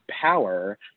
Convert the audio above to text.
power